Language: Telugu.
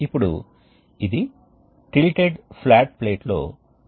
కాబట్టి రీజెనరేటర్లు అనేవి హీట్ ఎక్స్ఛేంజర్స్ ఇక్కడ నిల్వ మాధ్యమం ఉంటుంది